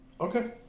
Okay